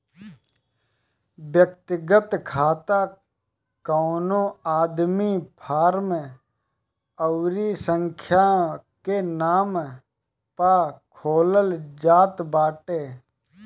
व्यक्तिगत खाता कवनो आदमी, फर्म अउरी संस्था के नाम पअ खोलल जात बाटे